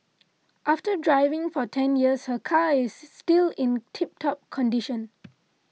after driving for ten years her car is still in tip top condition